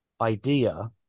idea